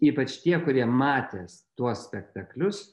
ypač tie kurie matė tuos spektaklius